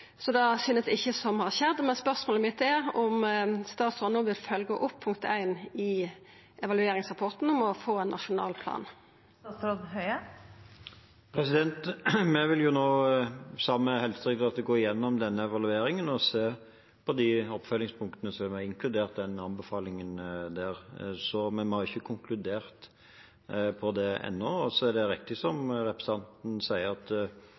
Det synest ikkje å ha skjedd, men spørsmålet mitt er om statsråden no vil følgja opp punkt 1 i evalueringsrapporten om å få ein nasjonal plan. Vi vil nå, sammen med Helsedirektoratet, gå igjennom denne evalueringen og se på oppfølgingspunktene som var inkludert i den anbefalingen, men vi har ikke konkludert på det ennå. Det er riktig som representanten sier, at